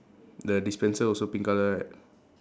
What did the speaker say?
the dispenser also pink colour right